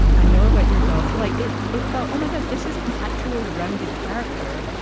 i know about your daughter. i like it. it felt, oh, my god, this is an actual rounded character.